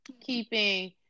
keeping